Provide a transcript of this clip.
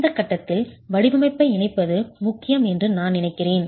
இந்த கட்டத்தில் வடிவமைப்பை இணைப்பது முக்கியம் என்று நான் நினைக்கிறேன்